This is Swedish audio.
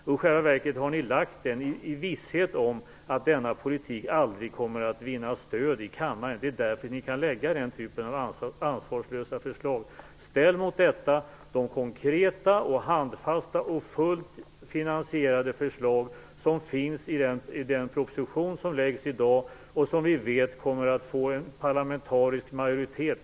I själva verket har moderaterna väckt motionen i visshet om att denna politik aldrig kommer att vinna stöd i kammaren. Det är därför de kan lägga fram den här typen av ansvarslösa förslag. Ställ mot detta de konkreta, handfasta och fullt finansierade förslag som finns i den proposition som läggs fram i dag och som vi vet kommer att få en parlamentarisk majoritet.